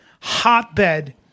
hotbed